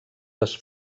les